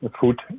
food